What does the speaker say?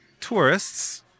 tourists